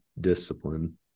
discipline